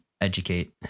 educate